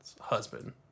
husband